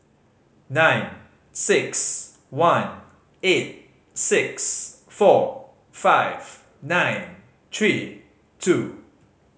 nine six one eight six four five nine three two